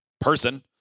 person